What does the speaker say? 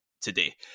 today